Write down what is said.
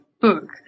book